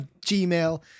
gmail